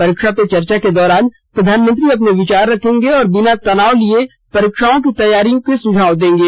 परीक्षा पे चर्चा के दौरान प्रधानमंत्री अपने विचार रखेंगे और बिना तनाव लिए परीक्षाओं की तैयारी के सुझाव देंगे